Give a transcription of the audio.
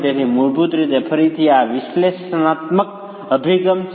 તેથી મૂળભૂત રીતે ફરીથી આ એક વિશ્લેષણાત્મક અભિગમ છે